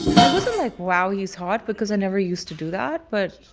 i wasn't like, wow, he's hot because i never used to do that. but